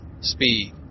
speed